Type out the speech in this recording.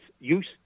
use